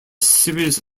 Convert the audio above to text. series